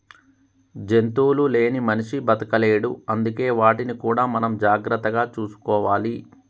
జంతువులు లేని మనిషి బతకలేడు అందుకే వాటిని కూడా మనం జాగ్రత్తగా చూసుకోవాలి